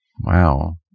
Wow